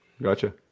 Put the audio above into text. Gotcha